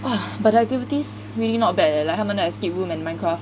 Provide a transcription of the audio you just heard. !wah! but the activities really not bad leh like 他们的 escape room and minecraft